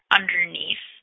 underneath